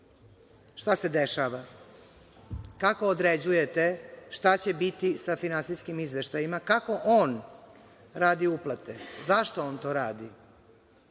Šta se dešava, kako određujete šta će biti sa finansijskim izveštajima? Kako on radi uplate? Zašto on to radi? Nije